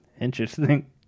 Interesting